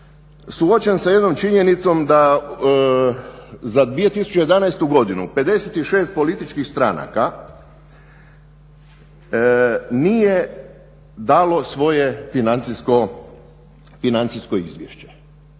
suočen sa jednom činjenicom da za 2011.godinu 56 političkih stranaka nije dalo svoje financijsko izvješće